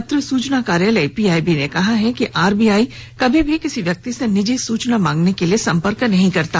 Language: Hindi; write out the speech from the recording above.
पत्र सुचना कार्यालय पीआईबी ने कहा है कि आर बी आई कभी भी किसी व्यक्ति से निजी सूचना मांगने के लिए सम्पर्क नहीं करता